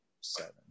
seven